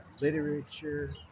literature